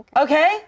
Okay